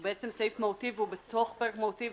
הוא בעצם סעיף מהותי והוא בתוך פרק מהותי,